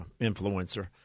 influencer